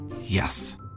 Yes